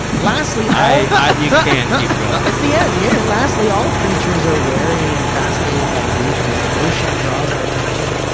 lastly, all i mean you can't keep going. it's the end, here. lastly, all creatures are wary and fascinated by movement. motion draws our attention.